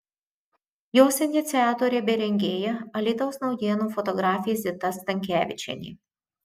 jos iniciatorė bei rengėja alytaus naujienų fotografė zita stankevičienė